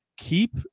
keep